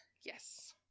Yes